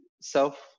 self